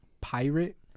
Pirate